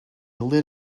lit